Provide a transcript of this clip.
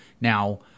Now